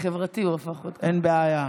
חברתי, הוא הפך, אין בעיה.